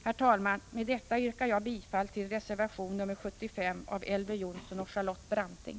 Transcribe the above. Herr talman! Med detta yrkar jag bifall till reservation 75 av Elver Jonsson och Charlotte Branting.